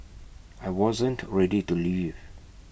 I wasn't ready to leave